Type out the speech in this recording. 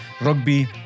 rugby